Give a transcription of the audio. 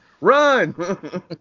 Run